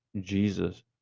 Jesus